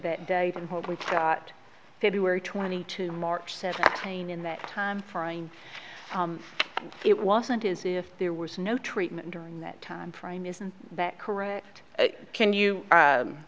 that date and hoped we thought february twenty to march seventeen in that time frame and it wasn't is if there was no treatment during that time frame isn't that correct can you